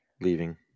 leaving